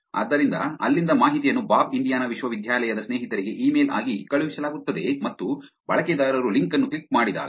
ಆದ್ದರಿಂದ ಅಲ್ಲಿಂದ ಮಾಹಿತಿಯನ್ನು ಬಾಬ್ ಇಂಡಿಯಾನಾ ವಿಶ್ವವಿದ್ಯಾಲಯದ ಸ್ನೇಹಿತರಿಗೆ ಇಮೇಲ್ ಆಗಿ ಕಳುಹಿಸಲಾಗುತ್ತದೆ ಮತ್ತು ಬಳಕೆದಾರರು ಲಿಂಕ್ ಅನ್ನು ಕ್ಲಿಕ್ ಮಾಡಿದಾಗ